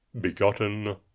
begotten